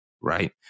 right